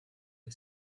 due